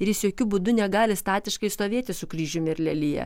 ir jis jokiu būdu negali statiškai stovėti su kryžiumi ir lelija